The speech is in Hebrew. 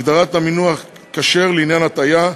הגדרת המינוח כשר לעניין הטעיה),